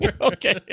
Okay